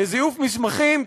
לזיוף מסמכים,